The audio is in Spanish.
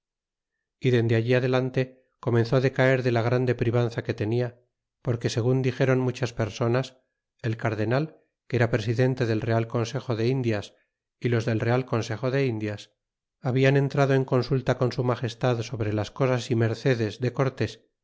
y dende allí adelante comenzó de caer de la grande privanza que tenia porque segun dixeron muchas personas el cardenal que era presidente del real consejo de indias y los del real consejo de indias habian entrado en consulta con su magestad sobre las cosas y mercedes de cortes